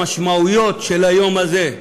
למשמעויות של היום הזה,